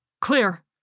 Clear